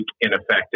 ineffective